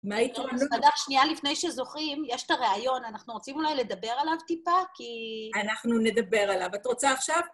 מה היית אומרת? סמדר שנייה לפני שזוכרים, יש את הריאיון, אנחנו רוצים אולי לדבר עליו טיפה, כי... אנחנו נדבר עליו. את רוצה עכשיו?